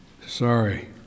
Sorry